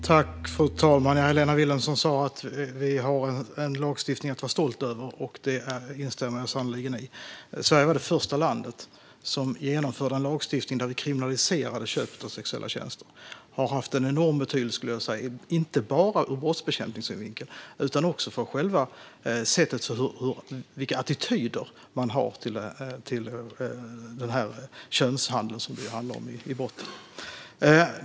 Fru talman! Helena Vilhelmsson sa att vi har en lagstiftning att vara stolta över. Det instämmer jag sannerligen i. Sverige var det första land som genomförde en lagstiftning där man kriminaliserade köp av sexuella tjänster. Det har haft en enorm betydelse, inte bara ur brottsbekämpningssynvinkel utan också för vilka attityder man har till denna könshandel.